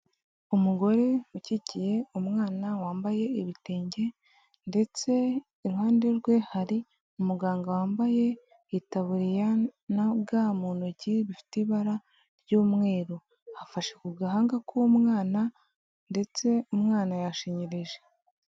Umugore ukikiye umwana wambaye ibitenge ndetse iruhande rwe hari umuganga wambaye itaburiya na ga mu ntoki bifite ibara ry'umweru afashe ku gahanga k'umwana ndetse umwana yashinyireje.